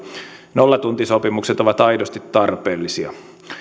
nollatuntisopimukset ovat aidosti tarpeellisia